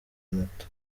moto